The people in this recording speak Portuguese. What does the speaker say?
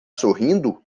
sorrindo